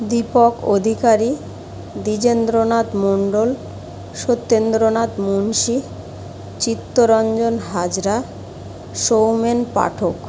Dipak Adhikari Dwijendranath Mondal Satyendranath Munshi Chittaranjan Hazra Soumen Pathak